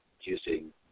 using